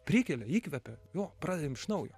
prikelia įkvepia jo pradedam iš naujo